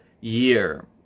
year